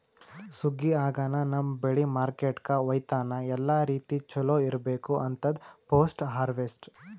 ಸುಗ್ಗಿ ಆಗನ ನಮ್ಮ್ ಬೆಳಿ ಮಾರ್ಕೆಟ್ಕ ಒಯ್ಯತನ ಎಲ್ಲಾ ರೀತಿ ಚೊಲೋ ಇರ್ಬೇಕು ಅಂತದ್ ಪೋಸ್ಟ್ ಹಾರ್ವೆಸ್ಟ್